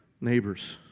neighbors